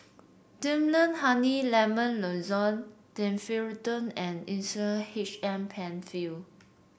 Difflam Honey Lemon Lozenges Domperidone and Insulatard H M Penfill